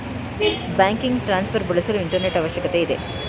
banking transfer ಬಳಸಲು internet ಅವಶ್ಯಕತೆ ಇದೆ